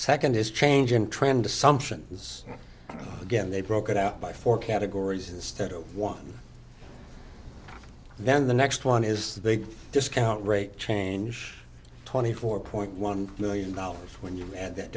second this change in trend assumptions again they broke it out by four categories instead of one then the next one is the big discount rate change twenty four point one million dollars when you add that